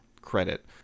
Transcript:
credit